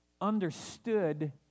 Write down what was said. understood